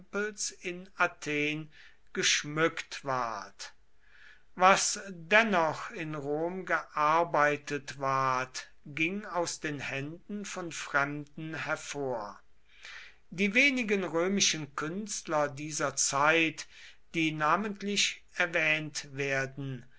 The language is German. in athen geschmückt ward was dennoch in rom gearbeitet ward ging aus den händen von fremden hervor die wenigen römischen künstler dieser zeit die namentlich erwähnt werden